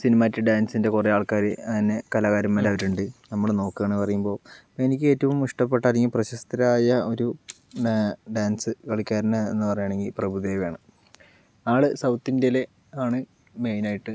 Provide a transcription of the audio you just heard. cinematic ഡാൻസിൻ്റെ കുറേ ആൾക്കാർ തന്നെ കലാകാരന്മാർ അവർ ഉണ്ട് നമ്മൾ നോക്കുകയാണെന്ന് പറയുമ്പോൾ എനിക്ക് ഏറ്റവും ഇഷ്ടപ്പെട്ട അല്ലെങ്കിൽ പ്രശസ്തരായ ഒരു ഡാൻസ് കളിക്കാരൻ എന്ന് പറയുകയാണെങ്കിൽ പ്രഭുദേവയാണ് ആൾ സൗത്ത് ഇന്ത്യയിലെ ആണ് മെയിനായിട്ട്